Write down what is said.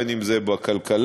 בין שזה בכלכלה,